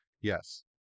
Yes